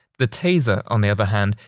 the taser, on the other hand,